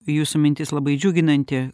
jūsų mintis labai džiuginanti